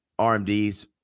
RMDs